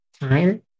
time